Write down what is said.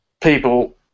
people